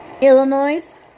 Illinois